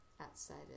outside